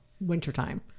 wintertime